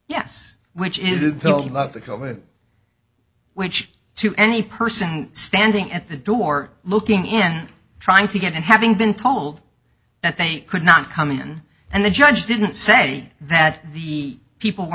with which to any person standing at the door looking in trying to get and having been told that they could not come in and the judge didn't say that the people were